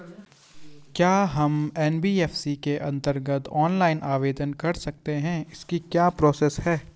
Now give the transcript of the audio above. क्या हम एन.बी.एफ.सी के अन्तर्गत ऑनलाइन आवेदन कर सकते हैं इसकी क्या प्रोसेस है?